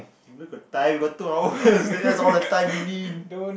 where got time we got two hours there's all the time we need